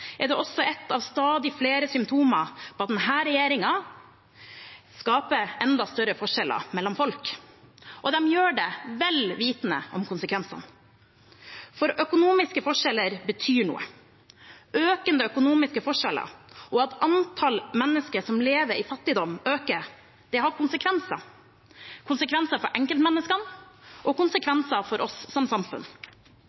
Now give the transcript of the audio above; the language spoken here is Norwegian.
er det også ett av stadig flere symptomer på at denne regjeringen skaper enda større forskjeller mellom folk. Og de gjør det vel vitende om konsekvensene. For økonomiske forskjeller betyr noe. Økende økonomiske forskjeller og at antall mennesker som lever i fattigdom, øker, har konsekvenser – konsekvenser for enkeltmenneskene og